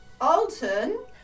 Alton